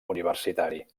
universitari